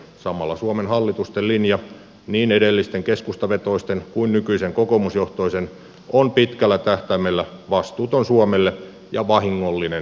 samalla suomen hallitusten linja niin edellisten keskustavetoisten kuin nykyisen kokoomusjohtoisen on pitkällä tähtäimellä vastuuton suomelle ja vahingollinen euroopalle